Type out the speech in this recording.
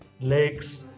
legs